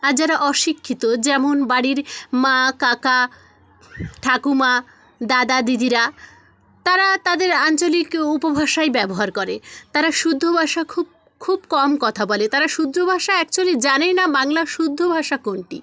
আর যারা অশিক্ষিত যেমন বাড়ির মা কাকা ঠাকুমা দাদা দিদিরা তারা তাদের আঞ্চলিক উপভাষাই ব্যবহার করে তারা শুদ্ধ ভাষা খুব খুব কম কথা বলে তারা শুদ্ধ ভাষা অ্যাকচুয়ালি জানেই না বাংলার শুদ্ধ ভাষা কোনটি